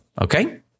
okay